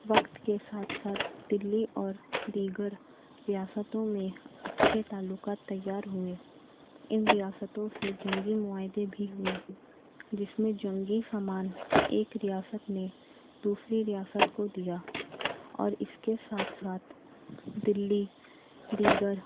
وقت کے ساتھ ساتھ دلی اور دیگر ریاستوں میں اچھے تعلقات تیار ہوئے ان ریاستوں سے جنگی معاہدے بھی ہوئے جس میں جنگی سامان ایک ریاست نے دوسری ریاست کو دیا اور اس کے ساتھ ساتھ دلی دیگر